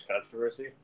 controversy